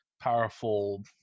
powerful